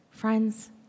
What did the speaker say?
Friends